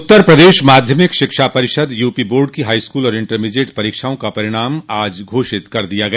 उत्तर प्रदेश माध्यमिक शिक्षा परिषद यूपी बोर्ड की हाईस्कूल और इंटरमीडिएट परीक्षाओं का परिणाम आज घोषित कर दिया गया